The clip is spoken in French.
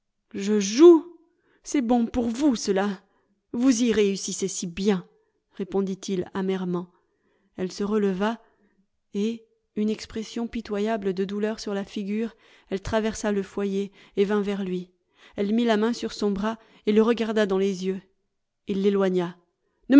je joue c'est bon pour vous cela vous y réussissez si bien répondit-il amèrement elle se releva et une expression pitoyable de douleur sur la figure elle traversa le foyer et vint vers lui elle mit la main sur son bras et le regarda dans les yeux il l'éloigna